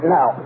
Now